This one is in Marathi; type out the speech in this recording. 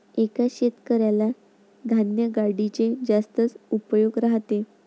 एका शेतकऱ्याला धान्य गाडीचे जास्तच उपयोग राहते